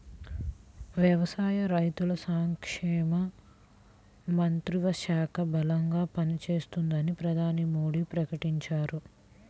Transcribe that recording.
వ్యవసాయ, రైతుల సంక్షేమ మంత్రిత్వ శాఖ బలంగా పనిచేస్తుందని ప్రధాని మోడీ ప్రకటించారు